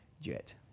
jet